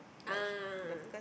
ah